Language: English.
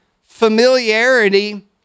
familiarity